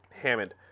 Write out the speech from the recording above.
Hammond